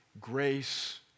Grace